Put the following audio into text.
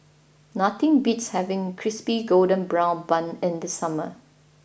nothing beats having Crispy Golden Brown Bun in the summer